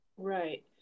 Right